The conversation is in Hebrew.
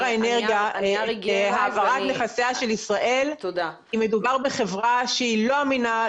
האנרגיה העברת נכסיה של ישראל כי מדובר בחברה שהיא לא אמינה,